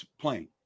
playing